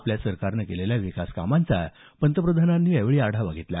आपल्या सरकारनं केलेल्या विकास कामांचा पंतप्रधानांनी आढावा घेतला